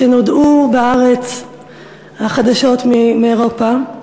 כשנודעו בארץ החדשות מאירופה.